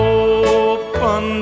open